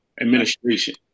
administration